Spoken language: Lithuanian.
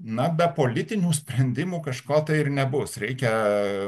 na be politinių sprendimų kažko tai ir nebus reikia